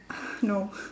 no